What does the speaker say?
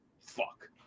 fuck